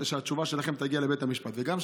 עד שהתשובה שלכם תגיע לבית המשפט.